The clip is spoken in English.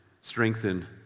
strengthen